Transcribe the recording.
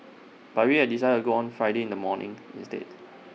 but we have decided to go on Friday in the morning instead